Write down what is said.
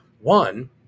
One